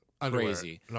crazy